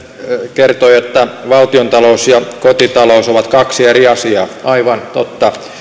kertoi että valtiontalous ja kotitalous ovat kaksi eri asiaa aivan totta